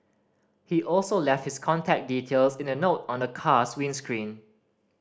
he also left his contact details in a note on the car's windscreen